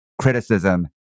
criticism